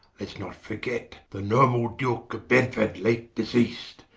let's not forget the noble duke of bedford, late deceas'd,